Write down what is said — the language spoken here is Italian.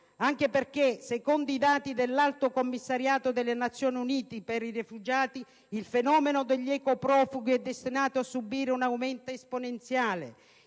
anche perché, secondo i dati dell'Alto commissariato delle Nazioni Unite per i rifugiati, il fenomeno degli "eco-profughi" è destinato a subire un aumento esponenziale: